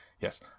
Yes